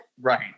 Right